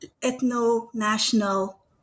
ethno-national